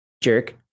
Jerk